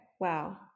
Wow